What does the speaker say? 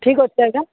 ଠିକ ଅଛି ଆଜ୍ଞା